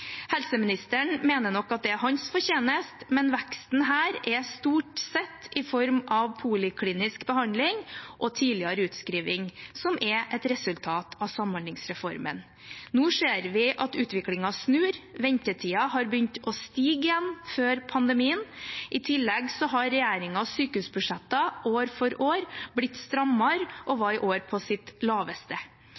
Helseministeren mener nok at det er hans fortjeneste, men veksten her er stort sett i form av poliklinisk behandling og tidligere utskriving, som er et resultat av samhandlingsreformen. Nå ser vi at utviklingen snur. Ventetidene har begynt å stige igjen – før pandemien – og i tillegg har regjeringens sykehusbudsjetter år for år blitt strammere og